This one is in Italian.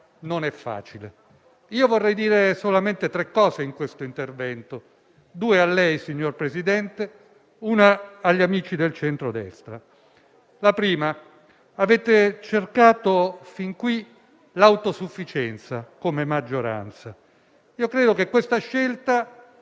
non è facile. Vorrei dire solamente tre cose in questo intervento: due a lei, presidente Conte, e una agli amici del centrodestra. La prima. Avete cercato fin qui l'autosufficienza come maggioranza. E avete reiterato questa scelta